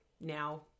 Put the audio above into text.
now